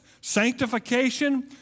sanctification